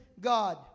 God